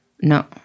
no